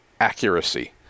accuracy